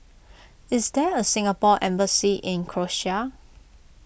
is there a Singapore Embassy in Croatia